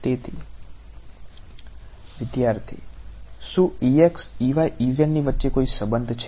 તેથી વિદ્યાર્થી શું ની વચ્ચે કોઈ સંબંધ છે